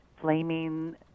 flaming